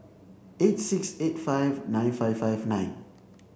eight six eight five nine five five nine